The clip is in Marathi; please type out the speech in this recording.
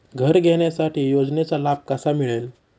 घर घेण्यासाठी योजनेचा लाभ कसा मिळेल?